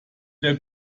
der